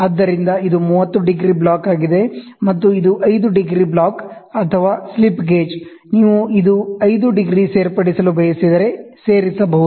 ಆದ್ದರಿಂದ ಇದು 30 degree block ಆಗಿದೆ ಮತ್ತು ಇದು 5 ಡಿಗ್ರಿ ಬ್ಲಾಕ್ ಅಥವಾ ಸ್ಲಿಪ್ ಗೇಜ್ ನೀವು ಇದು 5 ಡಿಗ್ರಿ ಸೇರ್ಪಡಿಸಲು ಬಯಸಿದರೆ ಸೇರಿಸಬಹುದು